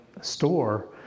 store